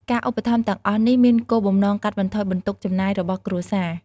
ការឧបត្ថម្ភទាំងអស់នេះមានគោលបំណងកាត់បន្ថយបន្ទុកចំណាយរបស់គ្រួសារ។